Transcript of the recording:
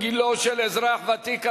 גילו של אזרח ותיק),